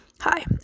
Hi